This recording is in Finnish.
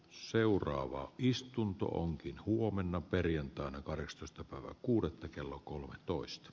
jos seuraava istunto onkin huomenna perjantaina kahdestoista kuudetta kello kolmetoista